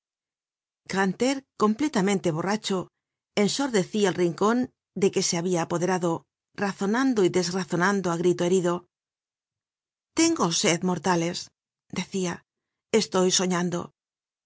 grantaire completamente borracho ensordecia el rincon de que se habia apoderado razonando y desrazonando á grito herido tengo sed mortales decia estoy soñando